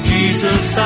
Jesus